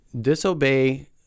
disobey